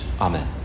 Amen